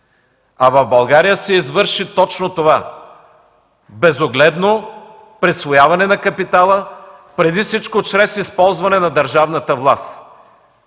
А в България се извърши точно това – безогледно присвояване на капитала преди всичко чрез използване на държавната власт.